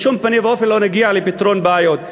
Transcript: בשום פנים ואופן לא נגיע לפתרון בעיות.